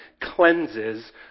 cleanses